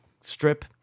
strip